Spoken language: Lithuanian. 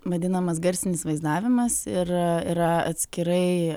vadinamas garsinis vaizdavimas ir yra atskirai